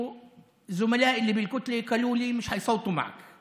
כאשר הצגתי את החוק שלי נאמר אז הרבה: